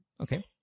Okay